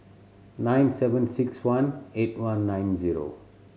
nine seven six one eight one nine zero